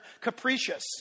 capricious